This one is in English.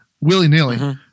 willy-nilly